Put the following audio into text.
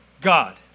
God